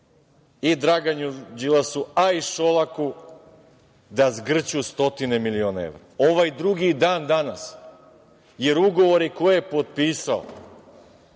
i Draganu Đilasu, a i Šolaku da zgrću stotine miliona evra. Ovaj drugi i dan danas, jer ugovore koje je potpisao